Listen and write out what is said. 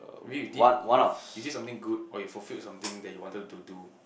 maybe you did if is it something good or you fulfilled something that you wanted to do